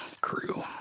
crew